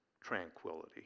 tranquility